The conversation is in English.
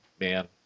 Man